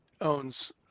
owns